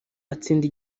atsinda